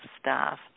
staff